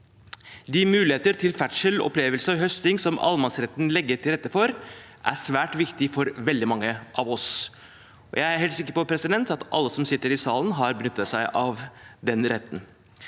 De muligheter til ferdsel, opplevelse og høsting som allemannsretten legger til rette for, er svært viktige for veldig mange av oss, og jeg er helt sikker på at alle som sitter i salen, har benyttet seg av den retten.